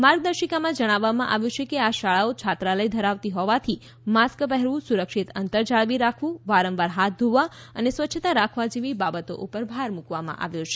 માર્ગદર્શિકામાં જણાવવામાં આવ્યું છે કે આ શાળાઓ છાત્રાલય ધરાવતી હોવાથી માસ્ક પહેરવું સુરક્ષિત અંતર જાળવી રાખવું વારંવાર હાથ ધોવા અને સ્વચ્છતા રાખવા જેવી બાબતો ઉપર ભાર મુકવામાં આવ્યો છે